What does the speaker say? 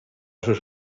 sus